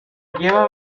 lleva